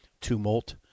tumult